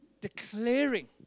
declaring